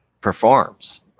performs